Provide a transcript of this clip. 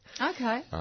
Okay